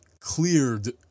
cleared